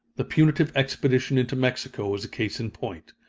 the punitive expedition into mexico was a case in point.